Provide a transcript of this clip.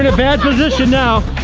and bad position now.